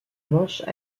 manches